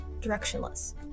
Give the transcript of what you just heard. directionless